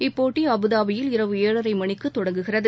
இப்போட்டி அபுதாபியில் இரவு ஏழரை மணிக்குத் தொடங்குகிறது